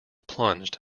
plunged